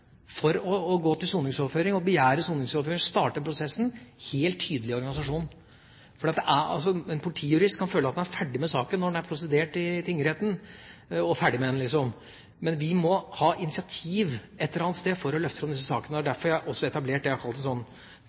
for å starte prosessen med å begjære soningsoverføring helt tydelig i organisasjonen. En politijurist kan føle at han er ferdig med saken når den er prosedert i tingretten; da er han liksom ferdig med den. Men vi må ha initiativ et eller annet sted for å løfte fram disse sakene. Det er derfor jeg også har etablert det jeg har kalt